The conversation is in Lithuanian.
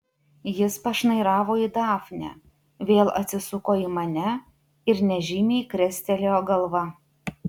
jis pašnairavo į dafnę vėl atsisuko į mane ir nežymiai krestelėjo galva